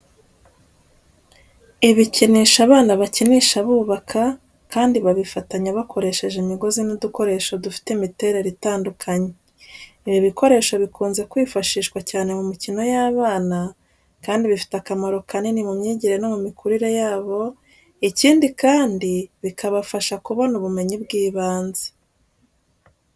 Ibikinisho abana bakina bubaka kandi babifatanya bakoresheje imigozi n'udukoresho dufite imiterere itandukanye. Ibi bikoresho bikunze kwifashishwa cyane mu mikino y’abana, kandi bifite akamaro kanini mu myigire no mu mikurire yabo, ikindi kandi bikabafasha kubona ubumenyi bw'ibanze.